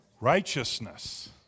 righteousness